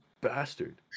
bastard